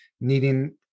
needing